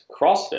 CrossFit